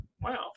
Wow